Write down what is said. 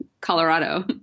Colorado